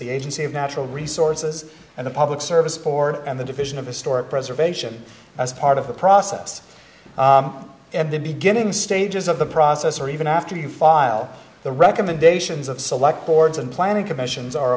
the agency of natural resources and the public service for and the division of historic preservation as part of the process and the beginning stages of the process or even after you file the recommendations of select boards and planning commissions are